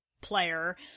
player